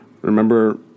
Remember